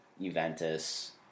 Juventus